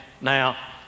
now